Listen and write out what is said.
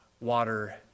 water